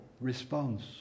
response